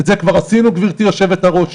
ואת זה כבר עשינו גברתי היו"ר,